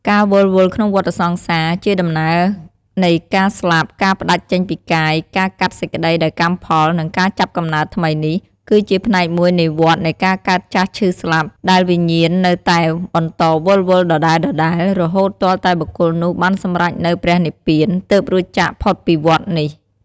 ការវិលវល់ក្នុងវដ្ដសង្សារ ជាដំណើរនៃការស្លាប់ ការផ្ដាច់ចេញពីកាយ ការកាត់សេចក្ដីដោយកម្មផល និងការចាប់កំណើតថ្មីនេះ គឺជាផ្នែកមួយនៃវដ្ដនៃការកើតចាស់ឈឺស្លាប់ ដែលវិញ្ញាណនៅតែបន្តវិលវល់ដដែលៗ រហូតទាល់តែបុគ្គលនោះបានសម្រេចនូវព្រះនិព្វាន ទើបរួចចាកផុតពីវដ្ដនេះ។